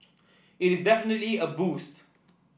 it is definitely a boost